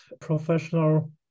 professional